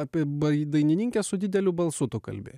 apie bai dainininkę su dideliu balsu tu kalbi